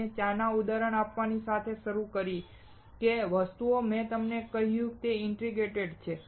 મેં તમને ચાના ઉદાહરણ આપવાની સાથે શરૂઆત કરી કે જે વસ્તુઓ મેં તમને કહ્યું તે ઇન્ગ્રેડિએન્ટ્સ છે